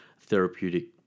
therapeutic